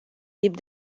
tip